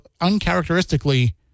uncharacteristically